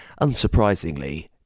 unsurprisingly